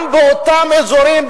גם באותם אזורים,